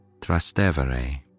Trastevere